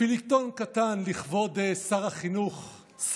פיליטון קטן לכבוד שר החינוך.